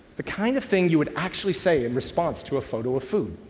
the kind of thing you would actually say in response to a photo of food.